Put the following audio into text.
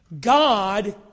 God